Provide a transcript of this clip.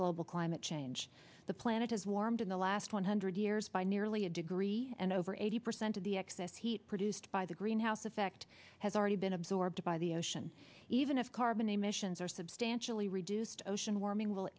global climate change the planet has warmed in the last one hundred years by nearly a degree and over eighty percent of the excess heat produced by the greenhouse effect has already been absorbed by the ocean even if carbon emissions are substantially reduced ocean warming will